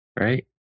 right